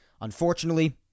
Unfortunately